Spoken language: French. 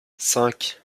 cinq